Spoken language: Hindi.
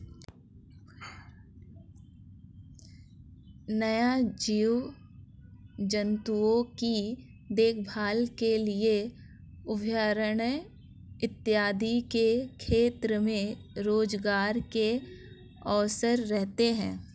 वन्य जीव जंतुओं की देखभाल के लिए अभयारण्य इत्यादि के क्षेत्र में रोजगार के अवसर रहते हैं